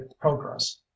progress